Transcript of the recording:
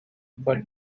but